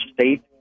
state